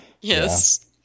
Yes